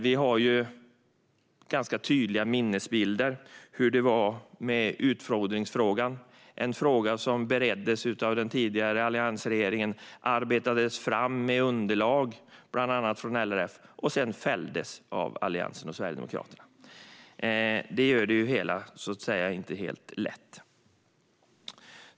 Vi har tydliga minnesbilder av hur det var med utfodringsfrågan. Det var en fråga som bereddes av den tidigare alliansregeringen, arbetades fram med underlag från bland andra LRF och sedan fälldes av Alliansen och Sverigedemokraterna. Det gör att det hela inte är helt lätt.